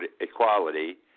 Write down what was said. equality